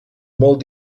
molt